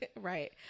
Right